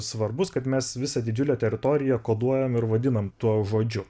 svarbus kad mes visą didžiulę teritoriją koduojam ir vadinam tuo žodžiu